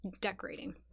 decorating